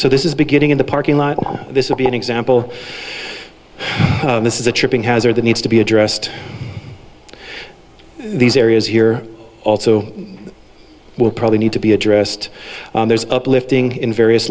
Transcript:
so this is beginning in the parking lot this will be an example this is a tripping hazard that needs to be addressed these areas here also well probably need to be addressed there's uplifting in various